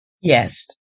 Yes